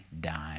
dime